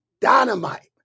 Dynamite